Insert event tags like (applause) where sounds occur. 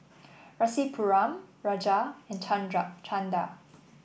Rasipuram Raja and (unintelligible) Chanda